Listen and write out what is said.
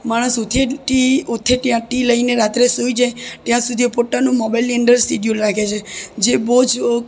માણસ ઉઠેથી ઉઠે ત્યારથી લઈને રાત્રે સૂઈ જાય ત્યાં સુધી પોતાના મોબાઇલની અંદર સિડ્યુલ રાખે છે જે બહુ જ